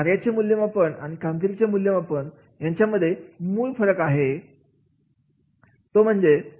कार्याचे मूल्यमापन आणि कामगिरीचे मूल्यमापन याच्यामध्ये मूळ फरक म्हणजे